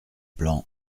plan